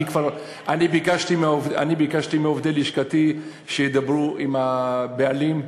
אני ביקשתי מעובדי לשכתי שידברו עם הבעלים,